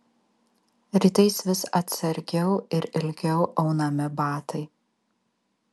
rytais vis atsargiau ir ilgiau aunami batai